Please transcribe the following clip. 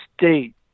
state